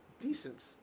decent